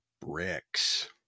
Bricks